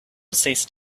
ceased